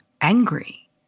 angry